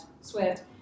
Swift